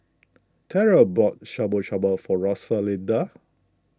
Terrell bought Shabu Shabu for Rosalinda